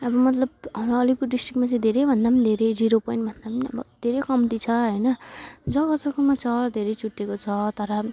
अब मतलब हाम्रो अलिपुर डिस्ट्रिक्टमा चाहिँ धेरैभन्दा पनि धेरै जिरो पोइन्टभन्दा पनि अब धेरै कम्ती छ हैन जग्गा जग्गामा छ धेरै छुट्टिएको छ तर